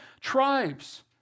tribes